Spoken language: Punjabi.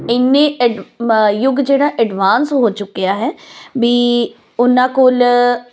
ਇੰਨੇ ਯੁੱਗ ਜਿਹੜਾ ਐਡਵਾਂਸ ਹੋ ਚੁੱਕਿਆ ਹੈ ਬੀ ਉਹਨਾਂ ਕੋਲ